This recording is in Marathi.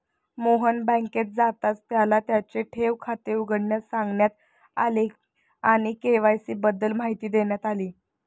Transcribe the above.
मोहन बँकेत जाताच त्याला त्याचे ठेव खाते उघडण्यास सांगण्यात आले आणि के.वाय.सी बद्दल माहिती देण्यात आली